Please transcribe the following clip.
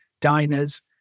diners